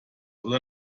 oder